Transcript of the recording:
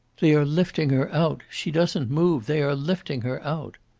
they are lifting her out! she doesn't move! they are lifting her out!